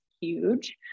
huge